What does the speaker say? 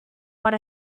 what